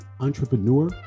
entrepreneur